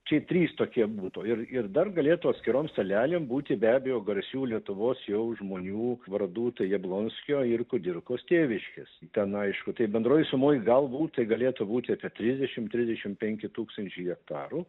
šiaip trys tokie butų ir ir dar galėtų atskirom salelėm būti be abejo garsių lietuvos jau žmonių vardų tai jablonskio ir kudirkos tėviškės ten aišku tai bendroj sumoj galbūt tai galėtų būti apie trisdešim trisdešim penki tūkstančiai hektarų